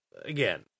again